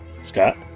Scott